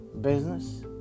business